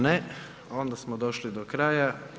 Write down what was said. Ne, onda smo došli do kraja.